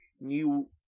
new